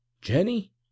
Jenny